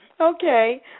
Okay